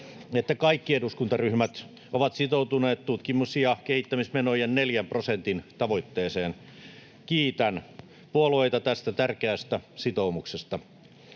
että kaikki eduskuntaryhmät ovat sitoutuneet tutkimus- ja kehittämismenojen neljän prosentin tavoitteeseen. Kiitän puolueita tästä tärkeästä sitoumuksesta.